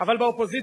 אבל באופוזיציה,